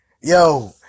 yo